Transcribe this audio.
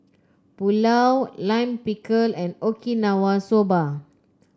Pulao Lime Pickle and Okinawa Soba